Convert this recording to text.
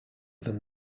than